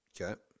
Okay